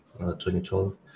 2012